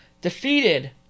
Defeated